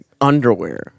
underwear